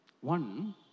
One